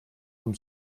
vom